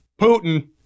Putin